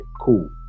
cool